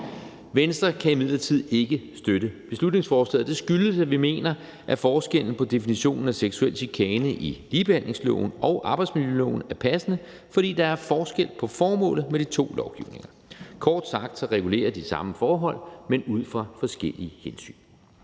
Venstre kan imidlertid ikke støtte beslutningsforslaget. Det skyldes, at vi mener, at forskellen på definitionen af seksuel chikane i ligebehandlingsloven og arbejdsmiljøloven er passende, fordi der er forskel på formålet med de to lovgivninger. Kort sagt regulerer de samme forhold, men ud fra forskellige hensyn.